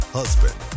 husband